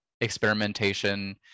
experimentation